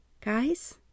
guys